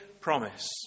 promise